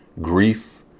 grief